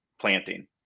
planting